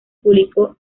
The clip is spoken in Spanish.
publicó